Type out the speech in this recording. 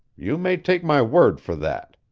you may take my word for that.